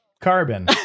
carbon